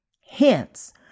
Hence